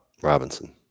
Robinson